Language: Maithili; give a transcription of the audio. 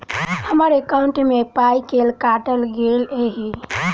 हम्मर एकॉउन्ट मे पाई केल काटल गेल एहि